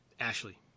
Ashley